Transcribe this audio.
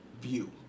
view